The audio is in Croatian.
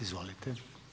Izvolite.